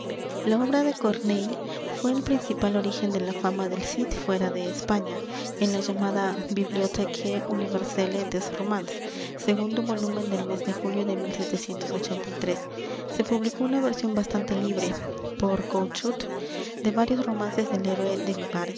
la obra de corneille fué el principal origen de la fama del cid fuera de españa en la llamada bilioso que unce de romas volumen del mes de julio de se publicó una versión bastante libre por couchut de varios romances del héroe de